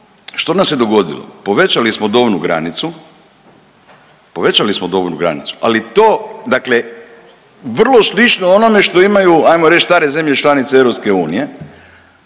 što nam se dogodilo? Povećali smo dobnu granicu, ali to dakle vrlo slično onome što imaju hajmo reći stare zemlje članice EU.